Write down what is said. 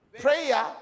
Prayer